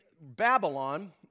Babylon